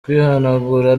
kwihanagura